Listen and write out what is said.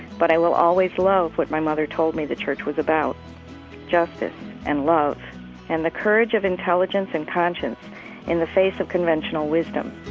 but i will always love what my mother told me the church was about justice and love and the courage of intelligence and conscience in the face of conventional wisdom